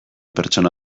pertsona